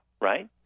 right